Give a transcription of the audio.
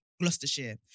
Gloucestershire